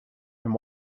and